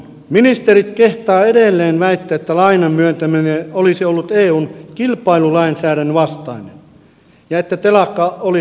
ministerit kehtaavat edelleen väittää että lainan myöntäminen olisi ollut eun kilpailulainsäädännön vastainen ja että telakka oli tappiollinen